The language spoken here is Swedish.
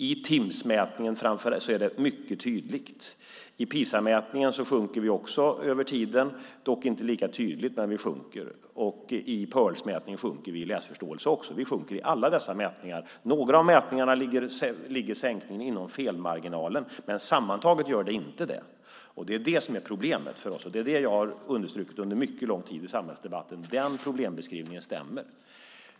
I Timssmätningen är det mycket tydligt. I PISA-mätningen sjunker vi också över tiden, dock inte lika tydligt, men vi sjunker. I Pirlsmätningen sjunker vi också när det gäller läsförståelse. Vi sjunker i alla dessa mätningar. I några av mätningarna ligger sänkningarna inom felmarginalen, men sammantaget gör de inte det. Det är detta som är problemet för oss, och jag har under mycket lång tid i samhällsdebatten understrukit att den problembeskrivningen stämmer.